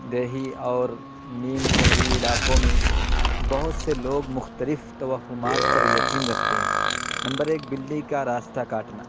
دیہی اور نیم شہری علاقوں میں بہت سے لوگ مختلف توہمات پر یقین رکھتے ہیں نمبر ایک بلی کا راستہ کاٹنا